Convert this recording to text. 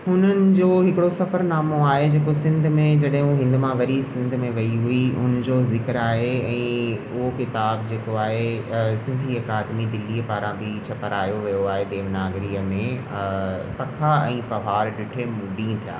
हुननि जो हिकिड़ो सफ़रनामो आहे जेको सिंध में जॾहि हुओ हिन मां वरी सिंध में वेई हुई हुनजो ज़िक़्रु आहे ऐं उहो किताबु जेको आहे सिंधी अकादमी दिल्लीअ पारां बि छपारायो वियो आहे देवनागरीअ में हा पथा ऐं पहार ॾिठे मूं ॾींहं थी विया